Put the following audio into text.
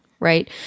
Right